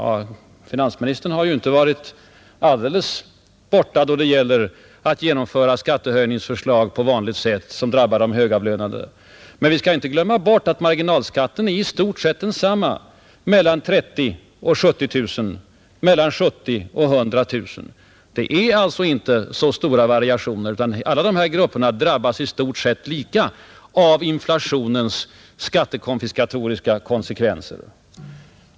Ja, finansministern har ju inte varit alldeles borta då det gäller att genomföra skattehöjningsförslag på vanligt sätt som drabbar de högavlönade, men vi skall inte glömma bort att marginalskatten i stort sett är densamma mellan 30 00 och 70 000 kronor och mellan 70 000 och 100 000 kronor. Det är alltså inte så stora variationer, utan alla de här grupperna drabbas i stort sett lika av inflationens skattekonfiskatoriska konsekvenser.